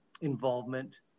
involvement